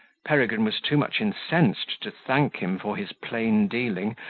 peregrine was too much incensed to thank him for his plain dealing,